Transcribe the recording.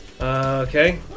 Okay